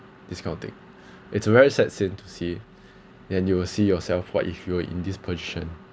this kind of thing it's a very sad scene to see then you will see yourself what if you're in this position